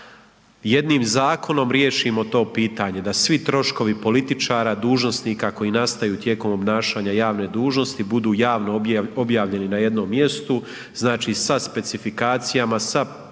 jednim zakonom riješimo to pitanje, da svi troškovi političara, dužnosnika koji nastaju tijekom obnašanja javne dužnosti budu javno objavljeni na jednom mjestu, znači sa specifikacijama, sa pdf. skenom